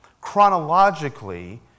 Chronologically